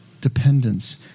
dependence